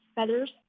feathers